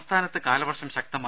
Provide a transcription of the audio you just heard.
സംസ്ഥാനത്ത് കാലവർഷം ശക്തമായി